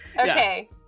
Okay